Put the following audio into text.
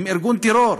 הם ארגון טרור,